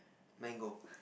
mango